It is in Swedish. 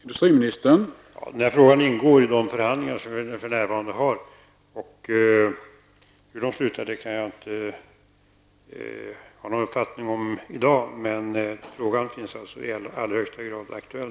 Herr talman! Den här frågan ingår i de förhandlingar som för närvarande pågår. Hur dessa förhandlingar slutar kan jag inte uttala mig om i dag. Men frågan finns alltså med, så den är i högsta grad aktuell.